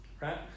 right